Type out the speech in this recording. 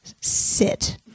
sit